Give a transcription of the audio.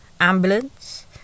ambulance